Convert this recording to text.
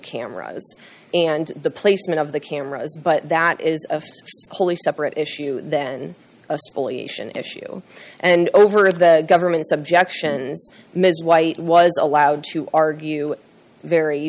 camera and the placement of the cameras but that is a police separate issue then an issue and over the government's objections ms white was allowed to argue very